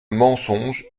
mensonge